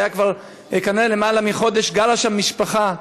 כנראה כבר למעלה מחודש גרה שם משפחה.